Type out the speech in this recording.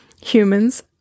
Humans